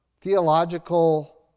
theological